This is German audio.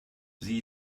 sie